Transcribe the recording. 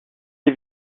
des